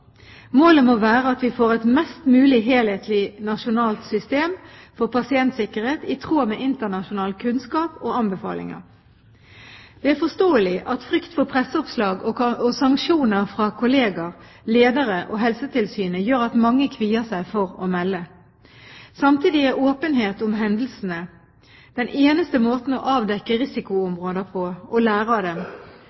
Målet må være at vi får et mest mulig helhetlig nasjonalt system for pasientsikkerhet i tråd med internasjonal kunnskap og anbefalinger. Det er forståelig at frykt for presseoppslag og sanksjoner fra kolleger, ledere og Helsetilsynet gjør at mange kvier seg for å melde. Samtidig er åpenhet om hendelsene den eneste måten å avdekke